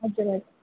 हजुर हजुर